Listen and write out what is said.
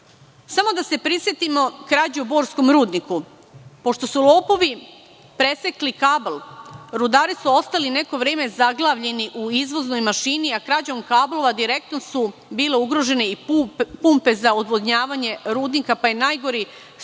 da se prisetimo krađe u borskom rudniku. Pošto su lopovi presekli kabl, rudari su ostali neko vreme zaglavljeni u izlaznoj mašini, a krađom kablova direktno su bile ugrožene i pumpe za odvodnjavanje rudnika, pa je najgori scenario,